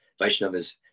Vaishnavas